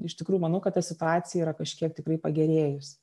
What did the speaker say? iš tikrųjų manau kad ta situacija yra kažkiek tikrai pagerėjus